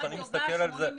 אבל ברגע שזה